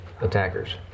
attackers